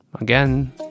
again